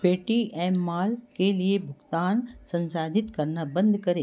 Paytm mall के लिए भुगतान संसाधित करना बंद करें